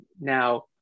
now